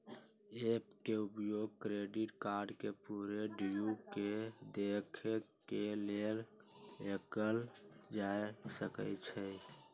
app के उपयोग credit card के पूरे ड्यू के देखे के लेल कएल जा सकइ छै